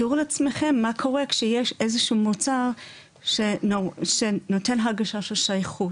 תארו לעצמכם מה קורה כשיש איזשהו מוצר שנותן הרגשה של שייכות,